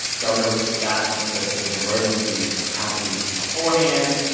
governor rick scott had declared a state of emergency in the county beforehand.